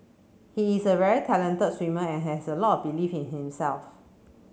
he is a very talented swimmer and has a lot belief in himself